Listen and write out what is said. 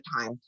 time